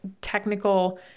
technical